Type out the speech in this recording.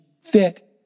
fit